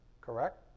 correct